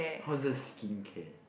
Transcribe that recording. how is this skincare